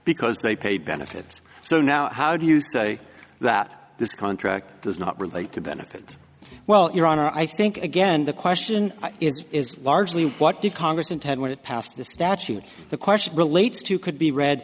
because they pay benefits so now how do you say that this contract does not relate to benefits well your honor i think again the question is largely what did congress intent when it passed the statute the question relates to could be read